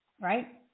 right